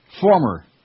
Former